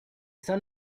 sun